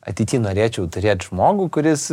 ateity norėčiau turėt žmogų kuris